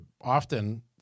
often